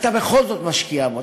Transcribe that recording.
אתה בכל זאת משקיע בו,